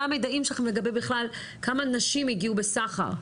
מה המידעים שלכם לגבי בכלל כמה נשים הגיעו בסחר?